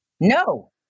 No